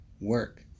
work